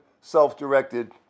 self-directed